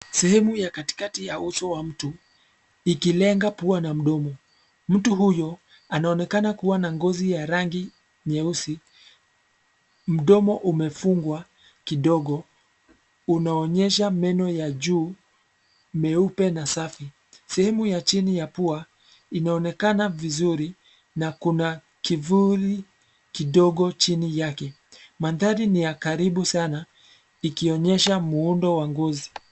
Sehemu ya katikati ya uso wa mtu, ikilenga pua na mdomo, mtu huyo, anaonekana kuwa na ngozi ya rangi, nyeusi, mdomo umefungwa, kidogo, unaonyesha meno ya juu, meupe na safi, sehemu ya chini ya pua, inaonekana vizuri, na kuna, kivuli, kidogo chini yake, mandhari ni ya karibu sana, ikionyesha muundo wa ngozi.